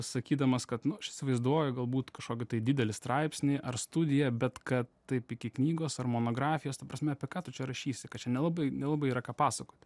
sakydamas kad nu aš įsivaizduoju galbūt kažkokį tai didelį straipsnį ar studiją bet kad taip iki knygos ar monografijos ta prasme apie ką tu čia rašysi kad čia nelabai nelabai yra ką pasakoti